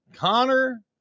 connor